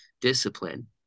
discipline